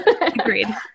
Agreed